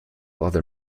other